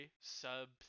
sub